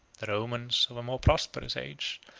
the romans of a more prosperous age,